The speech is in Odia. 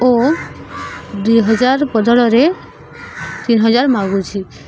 ଓ ଦୁଇ ହଜାର ବଦଳରେ ତିନି ହଜାର ମାଗୁଛି